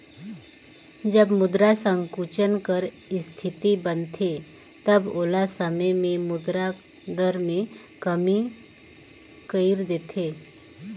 जब मुद्रा संकुचन कर इस्थिति बनथे तब ओ समे में मुद्रा दर में कमी कइर देथे